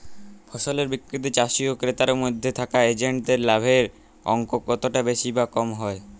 ফসলের বিক্রিতে চাষী ও ক্রেতার মধ্যে থাকা এজেন্টদের লাভের অঙ্ক কতটা বেশি বা কম হয়?